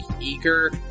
eager